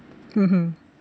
mmhmm